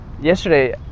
yesterday